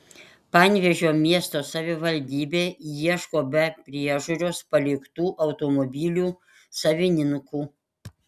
panevėžio miesto savivaldybė ieško be priežiūros paliktų automobilių savininkų